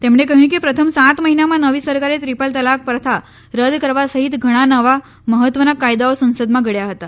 તેમણે કહ્યું કે પ્રથમ સાત મહિનામાં નવી સરકારે ત્રિપલ તલાક પ્રથા રદ્દ કરવા સહિત ઘણા નવા મહત્વના કાયદાઓ સંસદમાં ઘડ્યા હતા